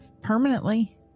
permanently